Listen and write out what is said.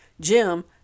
Jim